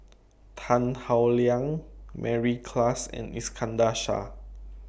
Tan Howe Liang Mary Klass and Iskandar Shah